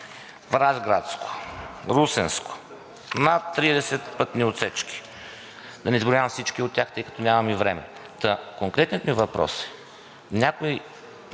в Разградско, в Русенско, над 30 пътни отсечки, да не изброявам всички от тях, тъй като нямам и време. Конкретният ми въпрос е: явно